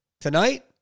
Tonight